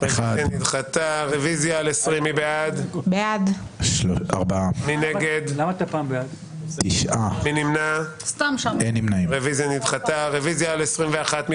הצבעה בעד, 4 נגד, 9 נמנעים, אין לא אושרה.